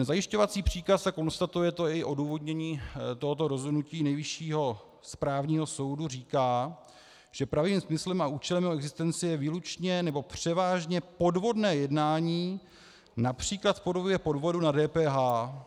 Zajišťovací příkaz, a konstatuje to i odůvodnění tohoto rozhodnutí Nejvyššího správního soudu, říká, že pravým smyslem a účelem jeho existence je výlučně nebo převážně podvodné jednání, například v podobě podvodu na DPH.